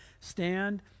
stand